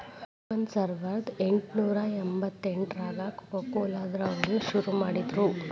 coupon ಸಾವರ್ದಾ ಎಂಟ್ನೂರಾ ಎಂಬತ್ತೆಂಟ್ರಾಗ ಕೊಕೊಕೊಲಾ ದವ್ರು ಶುರು ಮಾಡಿದ್ರು